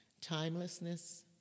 timelessness